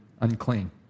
unclean